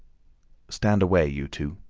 stand away, you two,